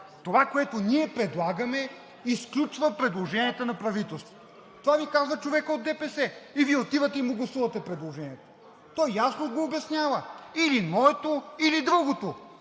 „това, което ние предлагаме, изключва предложенията на правителството“. Това Ви каза човекът от ДПС и Вие отивате и му гласувате предложението. Той ясно го обяснява: или моето, или другото